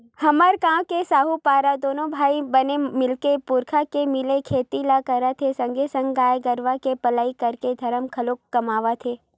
हमर गांव के साहूपारा दूनो भाई बने मिलके पुरखा के मिले खेती ल करत हे संगे संग गाय गरुवा के पलई करके धरम घलोक कमात हे